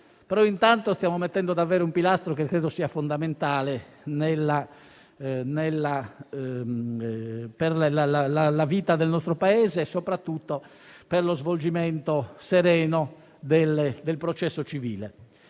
però stiamo mettendo davvero un pilastro che credo sia fondamentale per la vita del nostro Paese, soprattutto per un sereno svolgimento del processo civile.